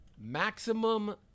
Maximum